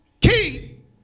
keep